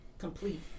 complete